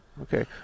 Okay